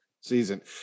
season